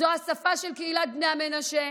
זו השפה של קהילת בני המנשה.